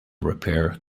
repair